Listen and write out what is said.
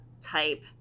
type